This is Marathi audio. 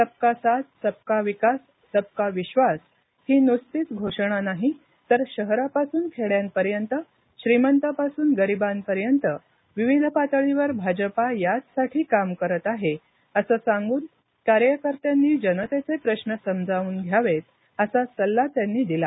सबका साथ सबका विकास सबका विश्वास ही नुसतीच घोषणा नाही तर शहरापासून खेड्यापर्यंत श्रीमंतांपासून गरीबांपर्यंत विविध पातळीवर भाजपा याचसाठी काम करत आहे असं सांगून कार्यकर्त्यांनी जनतेचे प्रश्न समजावून घ्यावेत असा सल्ला त्यांनी दिला